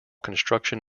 construction